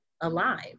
alive